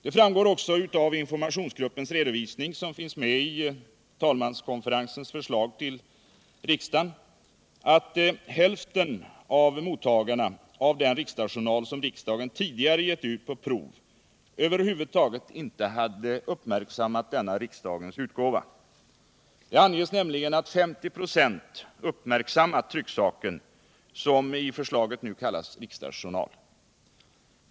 Det framgår också av informationsgruppens redovisning, som finns med i talmanskonferensens förslag till riksdagen, att hälften av mottagarna av den riksdagsjournal som riksdagen tidigare gett ut på prov över huvud taget inte hade uppmärksammat denna riksdagens utgåva. Det anges nämligen att 50 96 uppmärksammat trycksaken, som i förslaget nu alltså kallas riksdagsjournal.